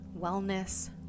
wellness